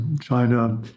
China